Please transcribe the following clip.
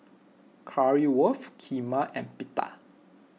Currywurst Kheema and Pita